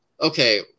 Okay